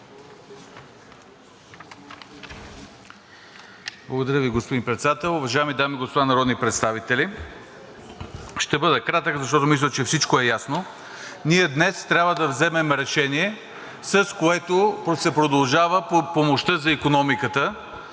Благодаря Ви, господин Председател. Уважаеми дами и господа народни представители! Ще бъда кратък, защото мисля, че всичко е ясно. Ние днес трябва да вземем решение, с което се продължава помощта за икономиката.